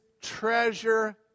treasure